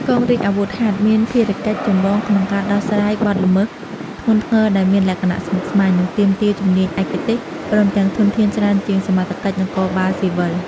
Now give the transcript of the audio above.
កងរាជអាវុធហត្ថមានភារកិច្ចចម្បងក្នុងការដោះស្រាយបទល្មើសធ្ងន់ធ្ងរដែលមានលក្ខណៈស្មុគស្មាញ និងទាមទារជំនាញឯកទេស ព្រមទាំងធនធានច្រើនជាងសមត្ថកិច្ចនគរបាលស៊ីវិល។